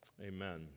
amen